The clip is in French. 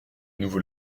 nouveau